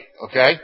okay